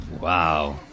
Wow